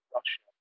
Russia